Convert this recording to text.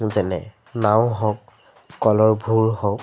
যেনে নাও হওক কলৰ ভূৰ হওক